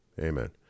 Amen